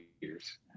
years